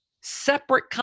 separate